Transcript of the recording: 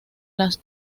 las